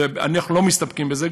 אנחנו לא מסתפקים בזה,